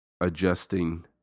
adjusting